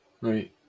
Right